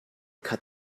cut